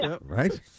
right